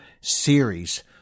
series